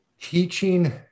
Teaching